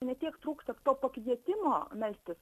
ne kiek trūksta to pakvietimo melstis